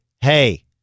hey